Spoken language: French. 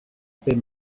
paix